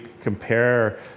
compare